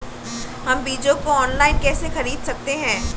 हम बीजों को ऑनलाइन कैसे खरीद सकते हैं?